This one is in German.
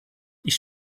ich